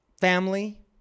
family